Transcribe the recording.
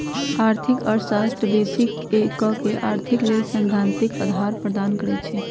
आर्थिक अर्थशास्त्र बेशी क अर्थ के लेल सैद्धांतिक अधार प्रदान करई छै